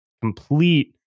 complete